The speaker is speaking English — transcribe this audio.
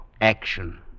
Action